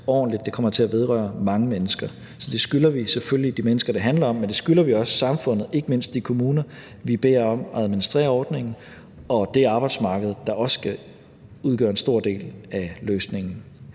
ordentligt, for det kommer til at vedrøre mange mennesker. Det skylder vi selvfølgelig de mennesker, det handler om, men det skylder vi også samfundet, ikke mindst de kommuner, vi beder om at administrere ordningen, og det arbejdsmarked, der også skal udgøre en stor del af løsningen.